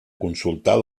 consultar